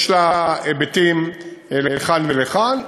יש לה היבטים לכאן ולכאן,